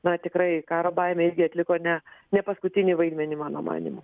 na tikrai karo baimė irgi atliko ne nepaskutinį vaidmenį mano manymu